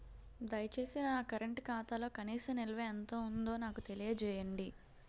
దయచేసి నా కరెంట్ ఖాతాలో కనీస నిల్వ ఎంత ఉందో నాకు తెలియజేయండి